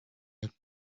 had